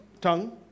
tongue